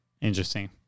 Interesting